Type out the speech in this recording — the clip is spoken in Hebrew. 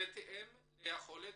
בהתאם ליכולת